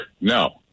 No